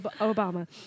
Obama